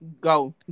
Go